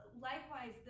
likewise